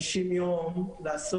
מה